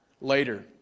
later